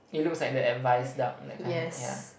it looks like the advice duck that kind right ya